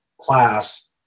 class